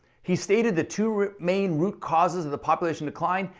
he stated the two main root causes of the population decline,